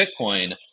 Bitcoin